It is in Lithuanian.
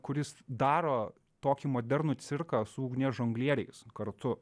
kuris daro tokį modernų cirką su ugnies žonglieriais kartu